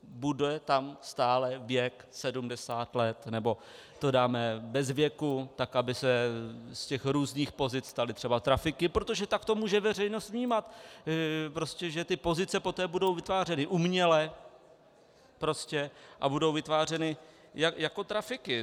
Bude tam stále věk 70 let, nebo to dáme bez věku, tak aby se z těch různých pozic staly třeba trafiky, protože tak to může veřejnost vnímat, prostě že ty pozice poté budou vytvářeny uměle a budou vytvářeny jako trafiky.